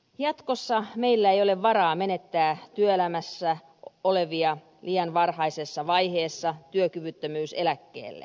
jatkossa meillä ei ole varaa menettää työelämässä olevia liian varhaisessa vaiheessa työkyvyttömyyseläkkeelle